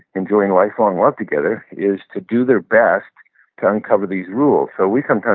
enjoying lifelong love together is to do their best to uncover these rules. so we, sometimes,